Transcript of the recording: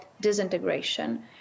disintegration